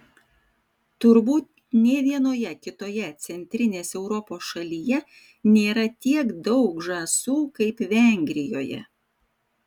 turbūt nė vienoje kitoje centrinės europos šalyje nėra tiek daug žąsų kaip vengrijoje